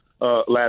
last